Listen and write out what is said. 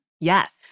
Yes